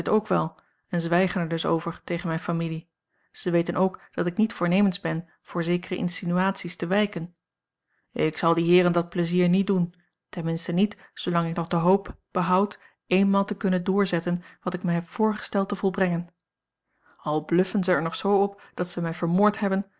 wel en zwijgen er dus over tegen mijne familie zij weten ook dat ik niet voornemens ben voor zekere insinuaties te wijken ik zal die heeren dat pleizier niet doen ten minste niet zoolang ik nog de hoop behoud eenmaal te kunnen doorzetten wat ik mij heb voorgesteld te volbrengen al bluffen zij er nog zoo op dat ze mij vermoord hebben